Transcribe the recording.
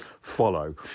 follow